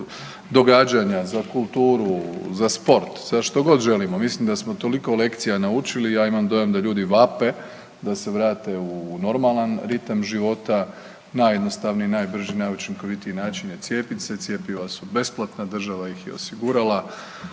događanja, za kulturu, za sport, za što god želimo. Mislim da smo toliko lekcija naučili ja imam dojam da ljudi vape da se vrate u normalan ritam života najjednostavniji, najbrži, najučinkovitiji način je cijepit se, cjepiva su besplatna država ih je osigurala.